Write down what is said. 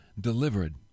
delivered